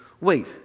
wait